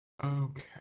Okay